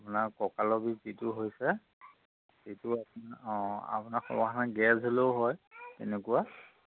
আপোনাৰ কঁকালৰ বিষ যিটো হৈছে সেইটো আপোনাৰ অঁ আপোনাৰ গেছ হ'লেও হয় তেনেকুৱা